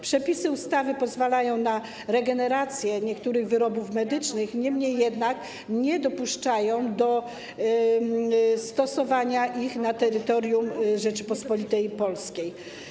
Przepisy ustawy pozwalają na regenerację niektórych wyrobów medycznych, niemniej jednak nie dopuszczają do stosowania ich na terytorium Rzeczypospolitej Polskiej.